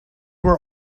were